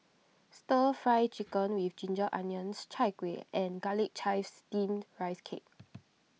Stir Fry Chicken with Ginger Onions Chai Kueh and Garlic Chives Steamed Rice Cake